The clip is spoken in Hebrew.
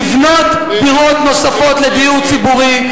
לבנות דירות נוספות לדיור ציבורי,